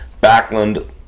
Backlund